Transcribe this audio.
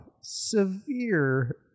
severe